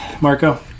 Marco